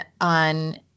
on